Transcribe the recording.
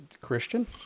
Christian